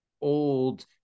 old